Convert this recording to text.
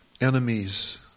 Enemies